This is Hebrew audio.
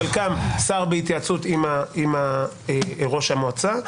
חלקם השר בהתייעצות עם ראש המועצה,